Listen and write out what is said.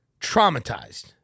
traumatized